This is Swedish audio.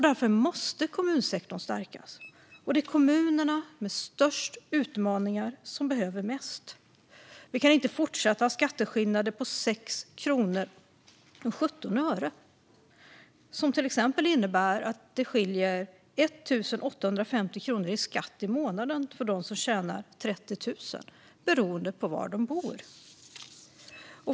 Därför måste kommunsektorn stärkas, och det är kommuner med störst utmaningar som behöver mest. Vi kan inte fortsätta att ha skatteskillnader på 6 kronor och 17 öre som innebär att det skiljer 1 850 kronor i skatt i månaden för dem som tjänar 30 000 kronor beroende på var de bor.